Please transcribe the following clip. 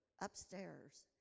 upstairs